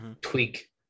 tweak